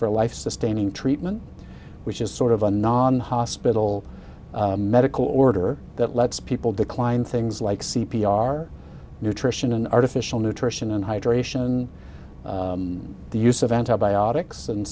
for life sustaining treatment which is sort of a non hospital medical order that lets people decline things like c p r nutrition an artificial nutrition and hydration the use of antibiotics and